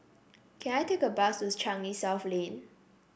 can I take a bus to Changi South Lane